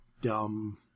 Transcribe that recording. dumb